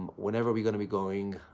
wherever we're going to be going,